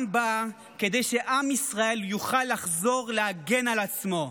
גם באה כדי שעם ישראל יוכל לחזור להגן על עצמו.